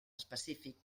específic